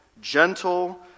gentle